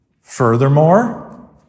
Furthermore